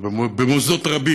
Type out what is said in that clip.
או במוסדות רבים,